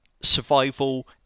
survival